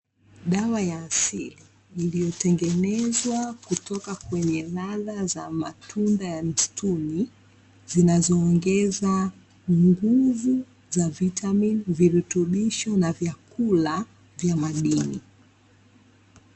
Dawa za asili iliyotengenezwa kutoka kwenye ladha za matunda ya msituni, zinazoongeza nguvu za vitamini, virutubisho na vyakula vya madini.